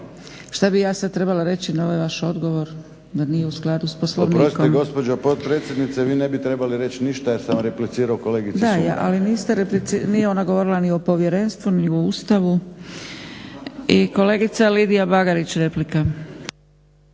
Šta bi ja sad trebala reći na ovaj vaš odgovor da nije u skladu sa Poslovnikom? **Mlakar, Davorin (HDZ)** Oprostite gospođo potpredsjednice vi ne bi trebali reći ništa jer sam replicirao kolegici Sumrak. **Zgrebec, Dragica (SDP)** Da, ali niste replicirali, nije ona govorila ni o povjerenstvu, ni o Ustavu. I kolegica Lidija Bagarić, replika.